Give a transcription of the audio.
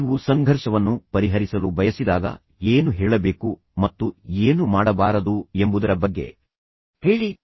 ನೀವು ಸಂಘರ್ಷವನ್ನು ಪರಿಹರಿಸಲು ಬಯಸಿದಾಗ ಏನು ಹೇಳಬೇಕು ಮತ್ತು ಏನು ಮಾಡಬಾರದು ಎಂಬುದರ ಬಗ್ಗೆ ಹೇಳಿ